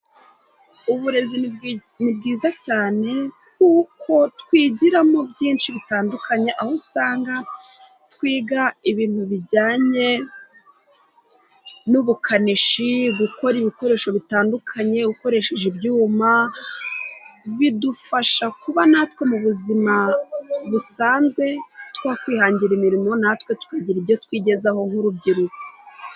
Uburezi ni bwiza cyane kuko twigiramo byinshi bitandukanye, aho usanga twiga ibintu bijyanye n'ubukanishi, gukora ibikoresho bitandukanye ukoresheje ibyuma, bidufasha kuba natwe mu buzima busanzwe twakwihangira imirimo, natwe tukagira ibyo twigezaho nk'urubyiruko.